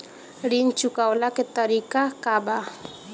ऋण चुकव्ला के तरीका का बा?